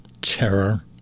terror